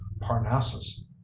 parnassus